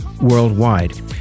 worldwide